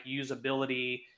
usability